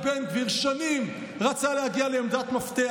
הרי בן גביר רצה שנים להגיע לעמדות מפתח.